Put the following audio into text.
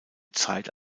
zeit